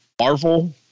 Marvel